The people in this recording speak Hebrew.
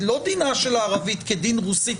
לא דינה של הערבית כדין רוסית,